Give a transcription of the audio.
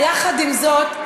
יחד עם זאת,